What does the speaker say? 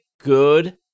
good